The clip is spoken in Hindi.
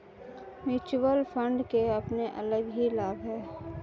म्यूच्यूअल फण्ड के अपने अलग ही लाभ हैं